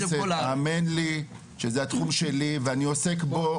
חה"כ, האמן לי שזה התחום שלי ואני עוסק בו.